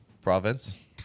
Province